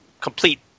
complete